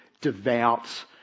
devout